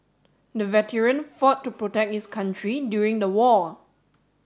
the veteran fought to protect his country during the war